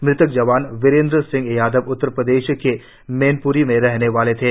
मृतक जवान बिरेदर सिंह यादव उत्तर प्रदेश के मैनपुरी के रहने वाले थे